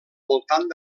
voltant